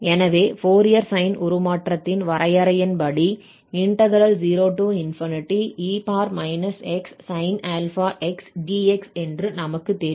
எனவே Fourier sine உருமாற்றத்தின் வரையறையின்படி 0e x sin∝x dx என்று நமக்குத் தெரியும்